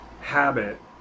habit